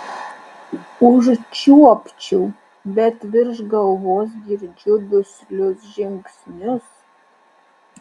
užčiuopčiau bet virš galvos girdžiu duslius žingsnius